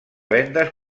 vendes